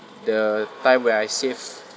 the time where I save